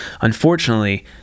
Unfortunately